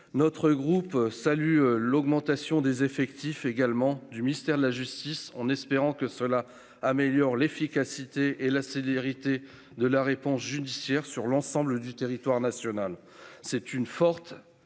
Notre groupe salue l'augmentation des effectifs du ministère de la justice, ... Le nôtre aussi !... en espérant que cela améliore l'efficacité et la célérité de la réponse judiciaire sur l'ensemble du territoire national. C'est une forte